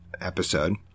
episode